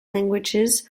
languages